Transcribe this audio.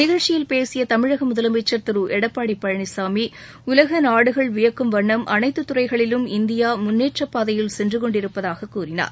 நிகழ்ச்சியில் பேசிய தமிழக முதலமைச்ர் திரு எடப்பாடி பழனிசாமி உலக நாடுகள் வியக்கும் வண்ணம் அனைத்து துறைகளிலும் இந்தியா முன்னேற்ற பாதையில் சென்றகொண்டிருப்பதாக கூறினார்